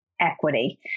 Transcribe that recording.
equity